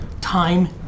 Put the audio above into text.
time